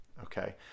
okay